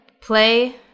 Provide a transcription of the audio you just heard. play